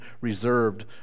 reserved